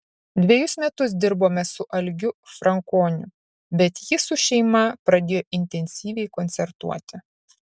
dvejus metus dirbome su algiu frankoniu bet jis su šeima pradėjo intensyviai koncertuoti